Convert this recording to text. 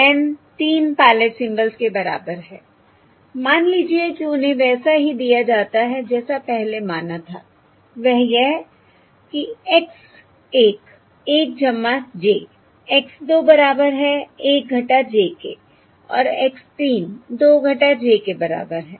N तीन pilot symbols के बराबर है मान लीजिए कि उन्हें वैसा ही दिया जाता है जैसा पहले माना था वह यह कि x 1 1 j x 2 बराबर है 1 - j के और x 3 2 j के बराबर है